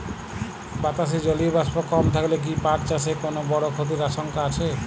বাতাসে জলীয় বাষ্প কম থাকলে কি পাট চাষে কোনো বড় ক্ষতির আশঙ্কা আছে?